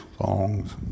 songs